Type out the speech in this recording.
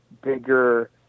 bigger